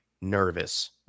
nervous